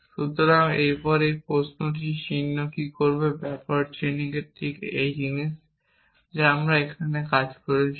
সুতরাং এর পরে সেই প্রশ্ন চিহ্নটি কী করবে ব্যাকওয়ার্ড চেইনিং ঠিক একই জিনিস যা আমরা এখানে আগে করেছি